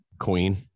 Queen